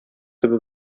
төбе